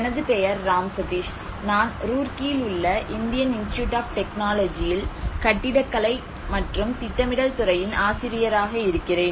எனது பெயர் ராம் சதீஷ் நான் ரூர்க்கியில் உள்ள இந்தியன் இன்ஸ்டிடியூட் ஆப் டெக்னாலஜியில் கட்டிடக்கலை மற்றும் திட்டமிடல் துறையின் ஆசிரியராக இருக்கிறேன்